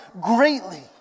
greatly